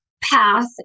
path